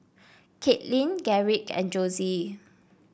Kaitlin Garrick and Josie